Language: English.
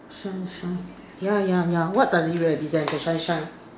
sunshine yeah yeah yeah what does it represent the sunshine